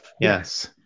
Yes